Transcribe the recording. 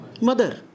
mother